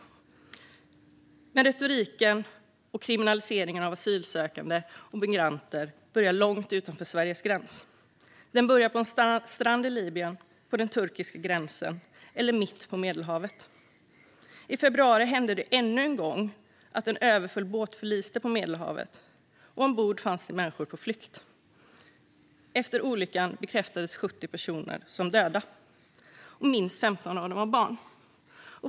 Men retoriken mot och kriminaliseringen av asylsökande och migranter börjar långt utanför Sveriges gräns. Den börjar på en strand i Libyen, på den turkiska gränsen eller mitt på Medelhavet. I februari hände det ännu en gång att en överfull båt förliste på Medelhavet. Ombord fanns människor på flykt. Efter olyckan bekräftades 70 personer döda. Minst 15 av dem var barn.